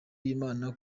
y’imana